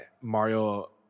Mario